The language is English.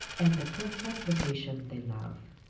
and the perfect location they'll love.